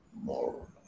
more